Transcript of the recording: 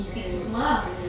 mm mm